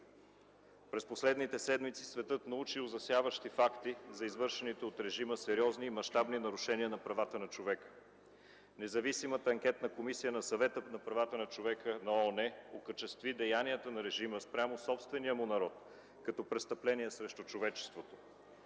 През последните седмици светът научи ужасяващи факти за извършените от режима сериозни мащабни нарушения на правата на човека. Независимата анкетна комисия на Съвета на правата на човека на ООН окачестви деянията на режима спрямо собствения му народ като престъпление срещу човечеството.